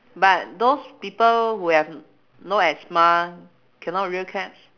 but those people who have no asthma cannot rear cats